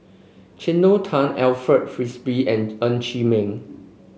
Cleo Thang Alfred Frisby and Ng Chee Meng